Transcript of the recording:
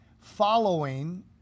following